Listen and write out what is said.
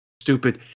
stupid